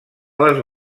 les